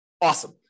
Awesome